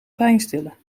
pijnstiller